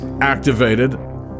activated